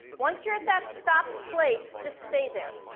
once you're at that stopped place, just stay there